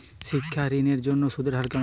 শিক্ষা ঋণ এর জন্য সুদের হার কেমন?